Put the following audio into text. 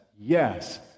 Yes